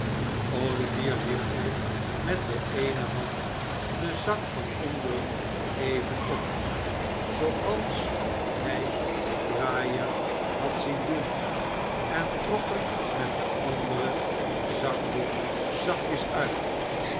olivier lichtte met de eene hand den zak van onderen even op zooals hij den draaier had zien doen en trok er met de andere den zakdoek zachtjes uit